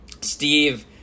Steve